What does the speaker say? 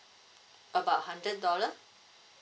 about hundred dollar